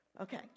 Okay